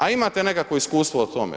A imate nekakvo iskustvo o tome.